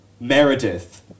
Meredith